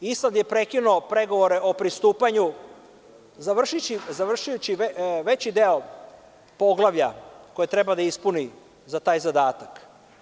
Island je prekinuo pregovore o pristupanju završivši veći deo poglavlja koje treba da ispuni za taj zadatak.